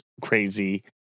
crazy